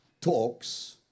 talks